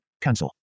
Cancel